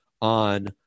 on